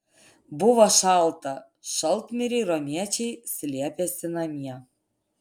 buvo šalta šaltmiriai romiečiai slėpėsi namie